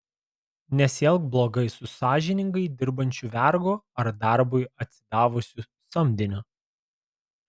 nesielk blogai su sąžiningai dirbančiu vergu ar darbui atsidavusiu samdiniu